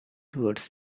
towards